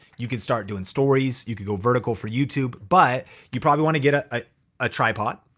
you can start doing stories, you can go vertical for youtube, but you probably wanna get a ah ah tripod,